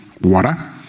water